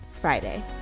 Friday